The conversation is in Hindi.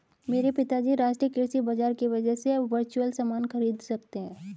मेरे पिताजी राष्ट्रीय कृषि बाजार की वजह से अब वर्चुअल सामान खरीद सकते हैं